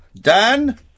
Dan